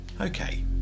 Okay